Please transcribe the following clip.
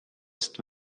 ist